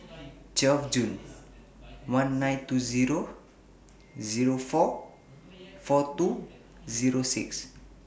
twelve June one nine two Zero Zero four four two Zero six